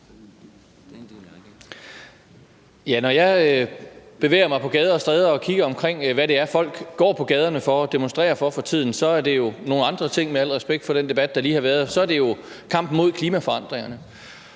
Når jeg bevæger mig på gader og stræder og kigger på, hvad det er, folk går på gaderne og demonstrerer for for tiden, så er det jo nogle andre ting – med al respekt for den debat, der lige har været – nemlig kampen mod klimaforandringerne,